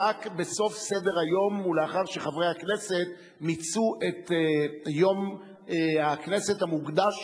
רק בסוף סדר-היום ולאחר שחברי הכנסת מיצו את יום הכנסת המוקדש